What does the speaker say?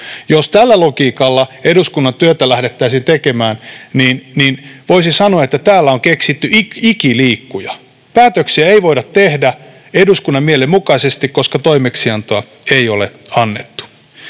Jos tällä logiikalla eduskunnan työtä lähdettäisiin tekemään, niin voisi sanoa, että täällä on keksitty ikiliikkuja. Päätöksiä ei voida tehdä eduskunnan mielen mukaisesti, koska toimeksiantoa ei ole annettu.